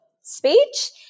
speech